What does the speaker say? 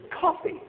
Coffee